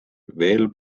veel